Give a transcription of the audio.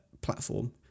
platform